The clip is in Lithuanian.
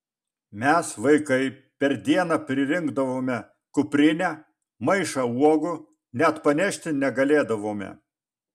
mes vaikai per dieną pririnkdavome kuprinę maišą uogų net panešti negalėdavome